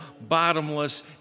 bottomless